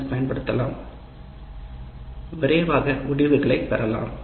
S பயன்படுத்தலாம் விரைவாக முடிவுகளைப் பெறலாம்